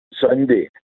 Sunday